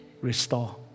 restore